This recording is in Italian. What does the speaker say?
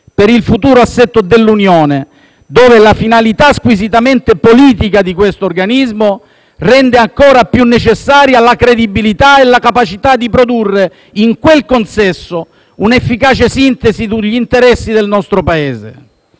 per il futuro assetto dell'Unione, dove la finalità squisitamente politica di questo organismo rende ancora più necessaria la credibilità e la capacità di produrre in quel consesso un'efficace sintesi degli interessi del nostro Paese.